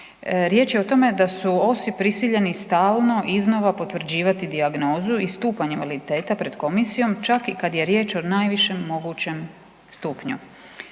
Riječ je o tome da su OSI prisiljeni stalno iznova potvrđivati dijagnozu i stupanj invaliditeta pred komisijom čak i kad je riječ o najvišem mogućem stupnju.